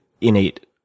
innate